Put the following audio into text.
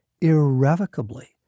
irrevocably